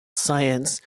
science